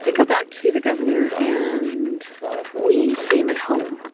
ah go back to the governor, and we see him at home.